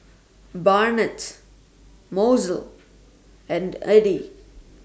Barnett Mozell and Eddy